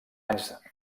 anys